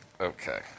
Okay